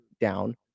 down